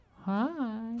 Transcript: Hi